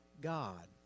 God